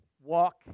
Walk